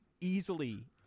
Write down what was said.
easily